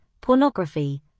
pornography